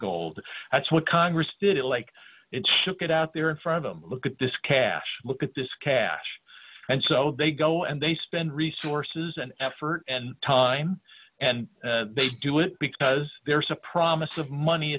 gold that's what congress did it like it should get out there in front of them look at this cash look at this cash and so they go and they spend resources and effort and time and they do it because there's a promise of money